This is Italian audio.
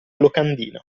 locandina